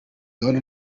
gahunda